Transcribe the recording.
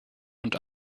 und